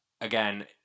Again